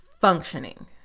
functioning